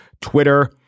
Twitter